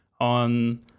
on